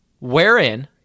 wherein